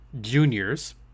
juniors